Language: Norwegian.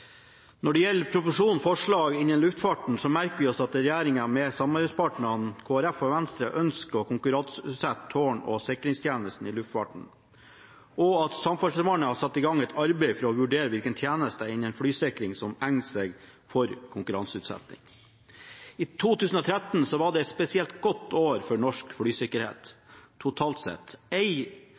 Når det gjelder proposisjonens forslag innenfor luftfarten, merker vi oss at regjeringen – med samarbeidspartnerne, Kristelig Folkeparti og Venstre – ønsker å konkurranseutsette tårn- og sikringstjenestene i luftfarten, og at Samferdselsdepartementet har satt i gang et arbeid for å vurdere hvilke tjenester innen flysikring som egner seg for konkurranseutsetting. 2013 var et spesielt godt år for norsk flysikkerhet, totalt sett.